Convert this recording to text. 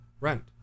rent